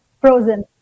frozen